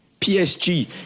PSG